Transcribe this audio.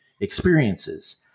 experiences